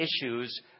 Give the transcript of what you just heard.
issues